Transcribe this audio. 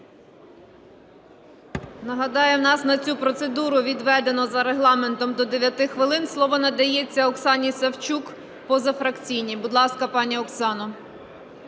Нагадаю у нас на цю процедуру відведено за Регламентом до 9 хвилин. Слово надається Оксані Савчук, позафракційні. Будь ласка, пані Оксана.